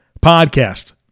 podcast